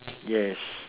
yes